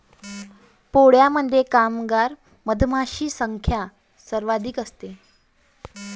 पोळ्यामध्ये कामगार मधमाशांची संख्या सर्वाधिक असते